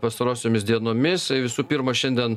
pastarosiomis dienomis visų pirma šiandien